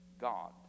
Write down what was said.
God